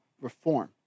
reform